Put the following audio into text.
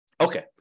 Okay